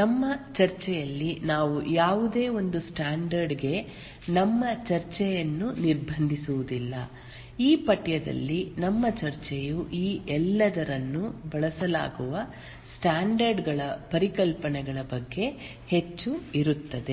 ನಮ್ಮ ಚರ್ಚೆಯಲ್ಲಿ ನಾವು ಯಾವುದೇ ಒಂದು ಸ್ಟ್ಯಾಂಡರ್ಡ್ ಗೆ ನಮ್ಮ ಚರ್ಚೆಯನ್ನು ನಿರ್ಬಂಧಿಸುವುದಿಲ್ಲ ಈ ಪಠ್ಯದಲ್ಲಿ ನಮ್ಮ ಚರ್ಚೆಯು ಈ ಎಲ್ಲದರಲ್ಲೂ ಬಳಸಲಾಗುವ ಸ್ಟ್ಯಾಂಡರ್ಡ್ ಗಳ ಪರಿಕಲ್ಪನೆಗಳ ಬಗ್ಗೆ ಹೆಚ್ಚು ಇರುತ್ತದೆ